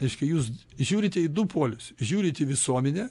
reiškia jūs žiūrite į du polius žiūrit į visuomenę